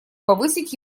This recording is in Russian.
повысить